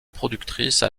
productrice